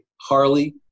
Harley